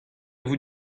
vezañ